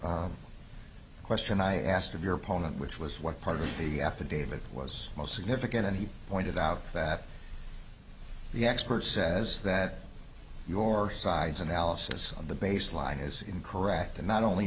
a question i asked of your opponent which was what part of the affidavit was most significant and he pointed out that the expert says that your side's analysis on the baseline is incorrect and not only